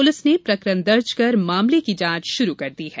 police ने प्रकरण दर्ज कर मामले की जांच आरंभ कर दी है